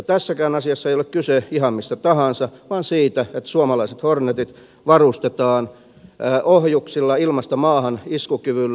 tässäkään asiassa ei ole kyse ihan mistä tahansa vaan siitä että suomalaiset hornetit varustetaan ohjuksilla ilmasta maahan iskukyvyllä